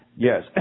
Yes